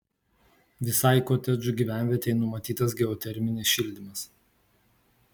visai kotedžų gyvenvietei numatytas geoterminis šildymas